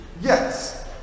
yes